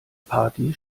party